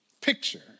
picture